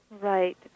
Right